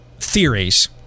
theories